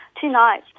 Tonight